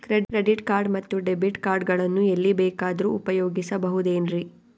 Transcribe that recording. Credit card ಮತ್ತು debit card ಗಳನ್ನು ಎಲ್ಲಿ ಬೇಕಾದ್ರು ಉಪಯೋಗಿಸಬಹುದೇನ್ರಿ?